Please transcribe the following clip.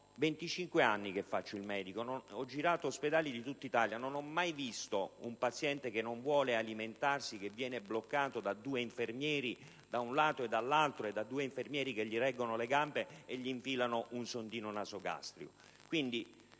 25 anni che faccio il medico, ho girato ospedali di tutta Italia e non ho mai visto un paziente che non vuole alimentarsi e che viene bloccato da due infermieri, da un lato e dall'altro, con altri due infermieri che gli reggono le gambe, e che gli infilano un sondino nasogastrico.